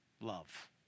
love